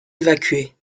évacués